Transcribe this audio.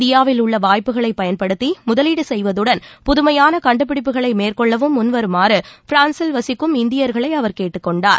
இந்தியாவில் உள்ள வாய்ப்புகளை பயன்படுத்தி முதலீடு செய்வதுடன் புதுமையான கண்டுபிடிப்புகளை மேற்கொள்ளவும் முன்வருமாறு பிரான்ஸில் வசிக்கும் இந்தியர்களை அவர் கேட்டுக் கொண்டார்